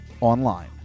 online